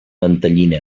mantellina